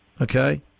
Okay